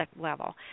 level